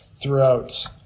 throughout